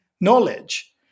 knowledge